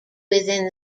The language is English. within